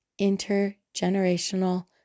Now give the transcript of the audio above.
intergenerational